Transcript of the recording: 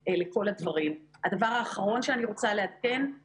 ברור שזה גם יגזור תקציבים ויגזור פעילויות